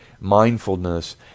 mindfulness